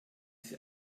sie